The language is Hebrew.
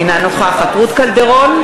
אינה נוכחת רות קלדרון,